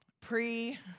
pre